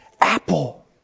apple